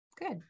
good